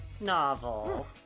novel